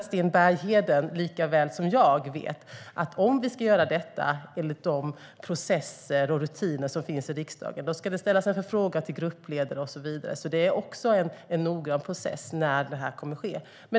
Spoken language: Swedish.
Sten Bergheden vet lika väl som jag att om vi ska göra detta enligt de processer och rutiner som finns i riksdagen så ska det ställas en förfrågan till gruppledare och så vidare, så det är också en noggrann process när detta kommer att ske.